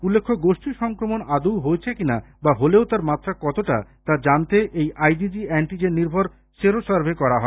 উল্লেখ্য গোষ্ঠী সংক্রমণ আদৌ হয়েছে কিনা বা হলেও তাঁর মাত্রা কতটা তা জানতে এই আইজিজি অ্যান্টিজেন নির্ভর সেরো সার্ভে করা হয়